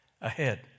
ahead